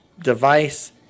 device